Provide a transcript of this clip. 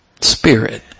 spirit